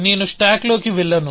నేను స్టాక్ లోకి వెళ్ళను